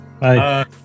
Bye